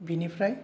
बिनिफ्राय